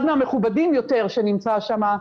אחד מהמכובדים יותר שנמצא שם,